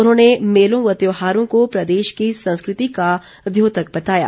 उन्होंने मेलों व त्योहारों को प्रदेश की संस्कृति का चोतक बताया